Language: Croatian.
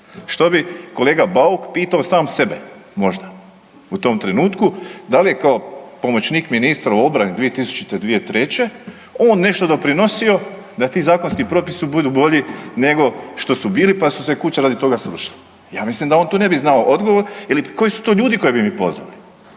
što bi kolega Bauk pitao sam sebe možda u tom trenutku, da li je kao pomoćnik ministra u obrani 2000.-2003. on nešto doprinosio da ti zakonski propisi budu bolji nego što su bili pa su se kuće radi toga srušile. Ja mislim da on tu ne bi znao odgovor ili koji su to ljudi koje bi mi pozvali,